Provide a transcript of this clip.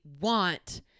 want